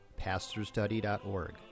pastorstudy.org